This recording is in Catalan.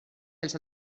dels